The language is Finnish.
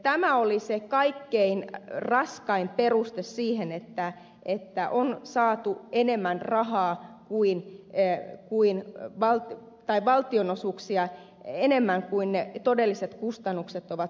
tämä oli se kaikkein raskain peruste sille että on saatu enemmän rahaa kuin ennen kuin valtio tai valtionosuuksia enemmän kuin todelliset kustannukset ovat olleet